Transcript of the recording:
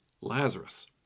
Lazarus